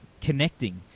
connecting